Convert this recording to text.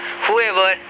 Whoever